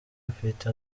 afite